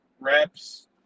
reps